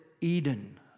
Eden